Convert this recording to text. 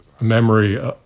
memory